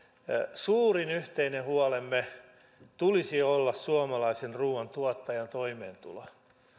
suurimman yhteisen huolemme tulisi olla suomalaisen ruuantuottajan toimeentulo